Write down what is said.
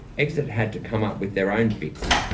exit had to come up with their own fix.